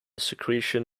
secretion